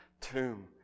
tomb